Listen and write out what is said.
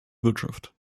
wirtschaft